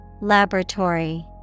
Laboratory